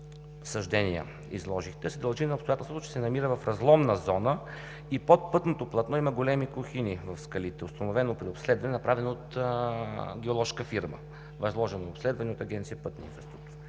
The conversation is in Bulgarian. съждения изложихте, а се дължи на обстоятелството, че се намира в разломна зона и под пътното платно има големи кухини в скалите, установено при обследване, направено от геоложка фирма, възложено обследване от Агенция „Пътна инфраструктура“.